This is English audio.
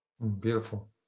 Beautiful